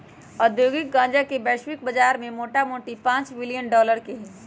औद्योगिक गन्जा के वैश्विक बजार मोटामोटी पांच बिलियन डॉलर के हइ